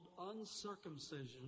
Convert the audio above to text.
uncircumcision